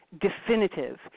definitive